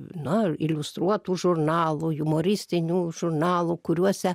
na iliustruotų žurnalų jumoristinių žurnalų kuriuose